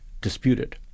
disputed